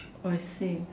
I see